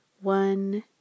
one